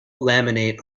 laminate